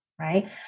Right